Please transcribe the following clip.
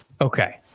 okay